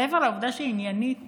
מעבר לעובדה שעניינית